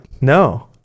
no